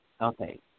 Okay